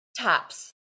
tops